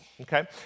Okay